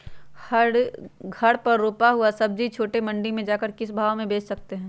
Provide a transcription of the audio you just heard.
घर पर रूपा हुआ सब्जी छोटे मंडी में जाकर हम किस भाव में भेज सकते हैं?